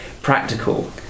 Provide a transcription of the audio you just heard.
Practical